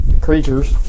creatures